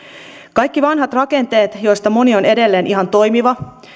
kaikki vanhat rakenteet joista moni on edelleen ihan toimiva